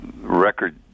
record